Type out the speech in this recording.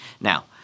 Now